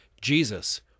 Jesus